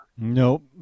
Nope